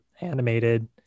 animated